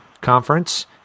Conference